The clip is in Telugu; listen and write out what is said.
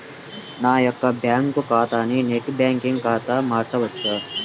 నా యొక్క బ్యాంకు ఖాతాని నెట్ బ్యాంకింగ్ ఖాతాగా మార్చవచ్చా?